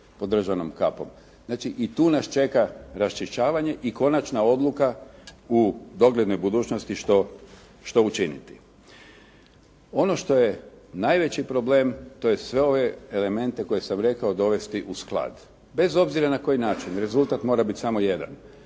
pod državnom kapom. Dakle i tu nas čeka raščišćavanje i konačna odluka u doglednoj budućnosti što učiniti. Ono što je najveći problem to je sve ove elemente dovesti u sklad bez obzira na koji način, rezultat mora biti samo jedan,